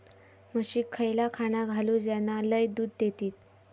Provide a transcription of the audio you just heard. म्हशीक खयला खाणा घालू ज्याना लय दूध देतीत?